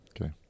Okay